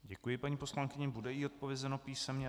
Děkuji paní poslankyni, bude jí odpovězeno písemně.